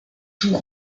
tour